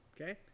Okay